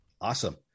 Awesome